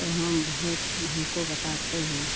तो हम बहुत हमको बताते हैं